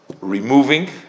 removing